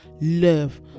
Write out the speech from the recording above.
love